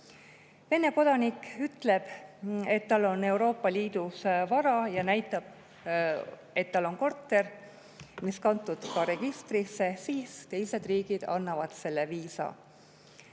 Vene kodanik ütleb, et tal on Euroopa Liidus vara, ja näitab, et tal on korter, mis on ka registrisse kantud, ja teised riigid annavad selle viisa.